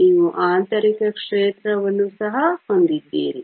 ನೀವು ಆಂತರಿಕ ಕ್ಷೇತ್ರವನ್ನು ಸಹ ಹೊಂದಿದ್ದೀರಿ